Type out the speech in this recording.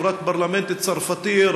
חברת הפרלמנט הצרפתי,